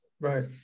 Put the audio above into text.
Right